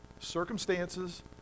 circumstances